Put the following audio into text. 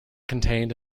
contained